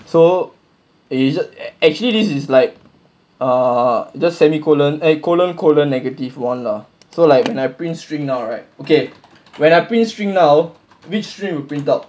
so is just actually this is like err just semicolon and colon colon negative one lah so like my print string now right okay when I print string now which string would print out